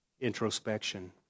introspection